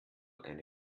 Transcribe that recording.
eine